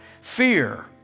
fear